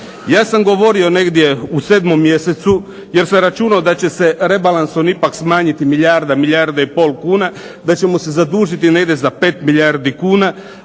Ja sam govorio negdje u 7. mjesecu, jer samo računao da će se rebalansom ipak smanjiti milijarda, milijarda i pol kuna, da ćemo se zadužiti negdje za 5 milijardi kuna,